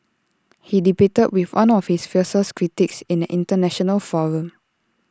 he debated with one of his fiercest critics in an International forum